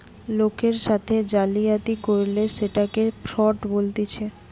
লোকের সাথে জালিয়াতি করলে সেটকে ফ্রড বলতিছে